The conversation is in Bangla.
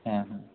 হ্যাঁ হ্যাঁ